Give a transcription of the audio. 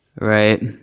Right